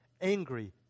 angry